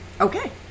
Okay